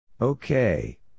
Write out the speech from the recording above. Okay